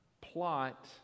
plot